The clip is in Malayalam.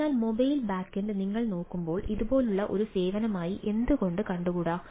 അതിനാൽ മൊബൈൽ ബാക്കെൻഡ് നിങ്ങൾ നോക്കുമ്പോൾ ഇതുപോലുള്ള ഒരു സേവനമായി എന്തുകൊണ്ട് കണ്ടു കൂടാ